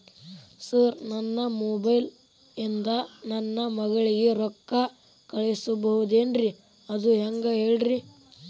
sir ನನ್ನ mobile ಇಂದ ನನ್ನ ಮಗಳಿಗೆ ರೊಕ್ಕಾ ಕಳಿಸಬಹುದೇನ್ರಿ ಅದು ಹೆಂಗ್ ಹೇಳ್ರಿ